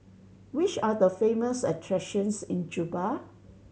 which are the famous attractions in Juba